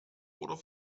oder